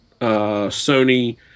Sony